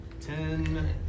Ten